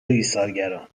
ایثارگران